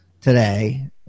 today